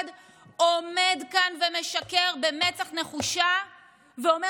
עומד כאן ומשקר במצח נחושה ואומר שהחזיר